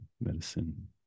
Medicine